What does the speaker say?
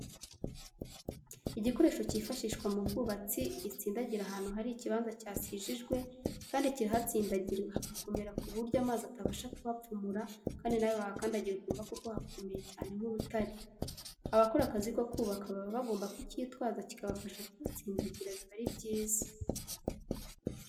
Igikoresho cyifashishwa mu bwubatsi, gitsindagira ahantu hari ikibanza cyasijijwe, kandi kirahatsindagira hagakomera ku buryo amazi atabasha kuhapfumura kandi nawe wahakandagira ukumva koko hakomeye cyane nk'urutare. Abakora akazi ko kubaka baba bagomba kukitwaza kikabafasha kuhatsindagira biba ari byiza.